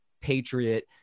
patriot